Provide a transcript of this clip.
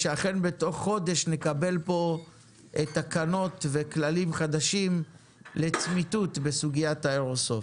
ושאכן בתוך חודש נקבל פה תקנות וכללים חדשים לצמיתות בסוגיית האיירסופט.